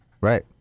right